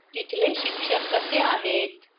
तिथले शिक्षक कसे आहेत